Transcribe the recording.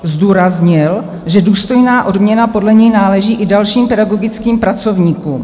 Zdůraznil, že důstojná odměna podle něj náleží i dalším pedagogickým pracovníkům.